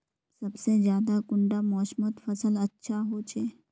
सबसे ज्यादा कुंडा मोसमोत फसल अच्छा होचे?